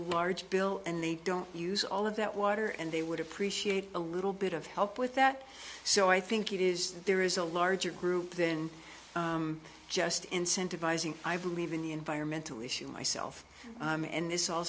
large bill and they don't use all of that water and they would appreciate a little bit of help with that so i think it is there is a larger group then just incentivizing i believe in the environmental issue myself and this all